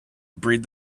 breed